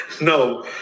no